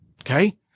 okay